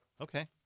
Okay